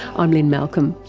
i'm lynne malcolm,